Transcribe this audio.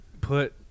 put